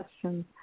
questions